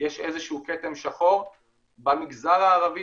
יש איזה שהוא כתם שחור במגזר הערבי